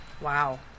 Wow